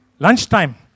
Lunchtime